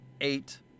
eight